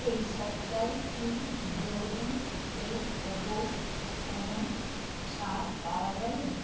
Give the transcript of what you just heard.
এই সপ্তাহে কি ডিওডোরেন্ট এর উপর কোনো ছাড় পাওয়া যাবে